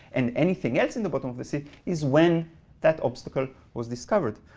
and anything else in the bottom of the sea, is when that obstacle was discovered.